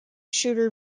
shooter